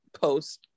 post